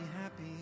happy